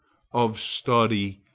of study,